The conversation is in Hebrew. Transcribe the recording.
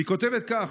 היא כותבת כך: